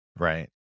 Right